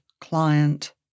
client